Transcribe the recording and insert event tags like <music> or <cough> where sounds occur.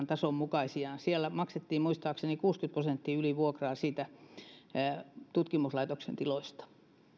<unintelligible> tason mukaisesti siellä maksettiin muistaakseni kuusikymmentä prosenttia ylivuokraa sen tutkimuslaitoksen tiloista